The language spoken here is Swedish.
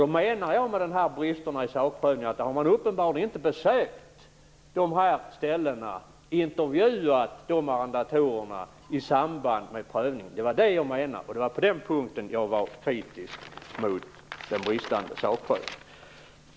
Jag menar att det finns brister i sakprövningen. Man har uppenbarligen inte besökt dessa ställen och intervjuat arrendatorerna i samband med prövningen. Det var vad jag menade, och det var på den punkten jag var kritisk mot den bristande sakprövningen.